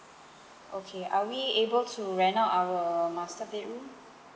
okay are we able to rent out our master bedroom